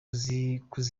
bazikura